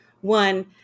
one